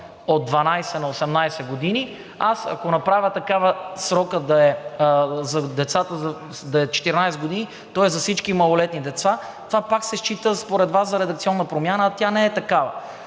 от 12 на 18 години, аз, ако направя такава – срокът за децата да е 14 години, тоест за всички малолетни деца, това пак се счита според Вас за редакционна промяна, а тя не е такава.